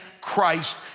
Christ